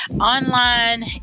online